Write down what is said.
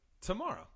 tomorrow